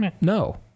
No